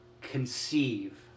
conceive